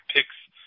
Picks